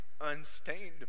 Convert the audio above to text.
unstained